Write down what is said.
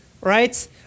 right